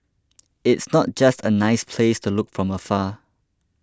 it's not just a nice place to look from afar